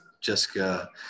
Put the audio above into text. Jessica